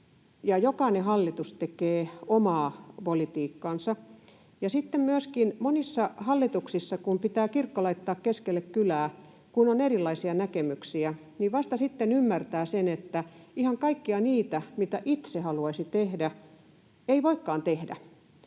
jokainen hallitus tekee omaa politiikkaansa. Ja sitten kun monissa hallituksissa myöskin pitää kirkko laittaa keskelle kylää, kun on erilaisia näkemyksiä, niin vasta sitten ymmärtää sen, että ihan kaikkia niitä, mitä itse haluaisi tehdä, ei voikaan tehdä.